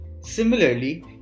similarly